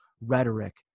rhetoric